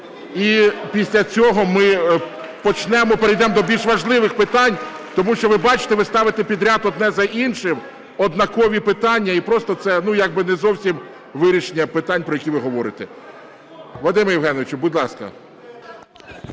і після цього ми перейдемо до більш важливих питань. Тому що, ви бачите, ви ставите підряд одне за іншим однакові питання і просто це як би не зовсім вирішення питань, про які ви говорите. Вадиме Євгеновичу, будь ласка.